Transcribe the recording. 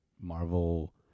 Marvel